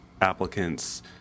applicants